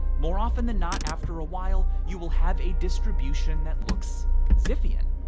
more often than not after a while you will have a distribution that looks zipf-ian.